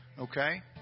Okay